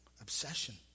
obsession